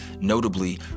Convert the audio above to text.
Notably